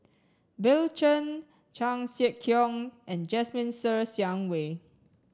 Bill Chen Chan Sek Keong and Jasmine Ser Xiang Wei